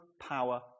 power